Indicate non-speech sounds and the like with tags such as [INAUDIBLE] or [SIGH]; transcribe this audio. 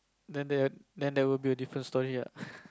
then there then there will be a different story ah [LAUGHS]